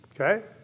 Okay